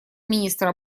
министра